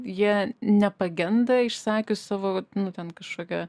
jie nepagenda išsakius savo nu ten kažkokią